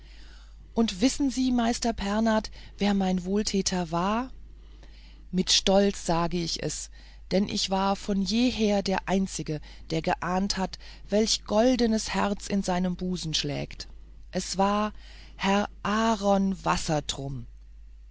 und wissen sie meister pernath wer mein wohltäter war mit stolz sage ich es denn ich war von jeher der einzige der geahnt hat welch goldenes herz in seinem busen schlägt es war herr aaron